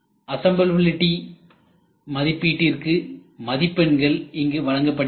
அசம்பபிலிடி மதிப்பீட்டிற்கு மதிப்பெண்கள் இங்கு வழங்கப்படுகின்றன